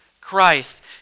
Christ